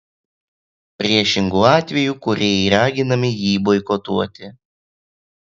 priešingu atveju kūrėjai raginami jį boikotuoti